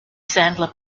sandler